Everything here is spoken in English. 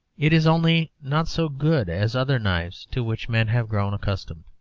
it is only not so good as other knives to which men have grown accustomed.